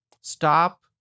Stop